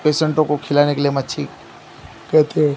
पेशेंटों को खिलाने के लिए मच्छली कहते हैं